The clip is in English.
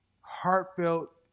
heartfelt